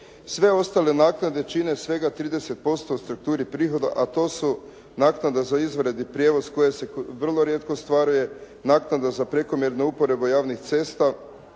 Sve ostale naknade čine svega 30% u strukturi prihoda a to su naknada za izvanredni prijevoz koja se vrlo rijetko ostvaruje, naknada za prekomjernu uporabu javnih cesta,